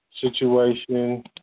situation